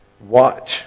Watch